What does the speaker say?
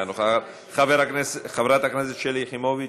אינה נוכחת, חברת הכנסת שלי יחימוביץ,